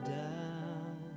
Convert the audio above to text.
down